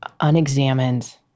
unexamined